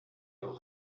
leurs